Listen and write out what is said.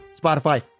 Spotify